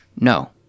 No